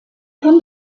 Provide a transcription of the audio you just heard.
kann